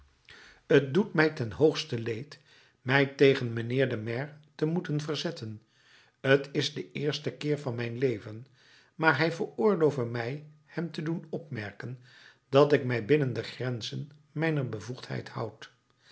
t doet mij ten hoogste leed mij tegen mijnheer den maire te moeten verzetten t is de eerste keer van mijn leven maar hij veroorlove mij hem te doen opmerken dat ik mij binnen de grenzen mijner bevoegdheid houd